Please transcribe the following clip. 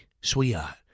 sweetheart